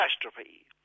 catastrophe